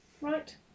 Right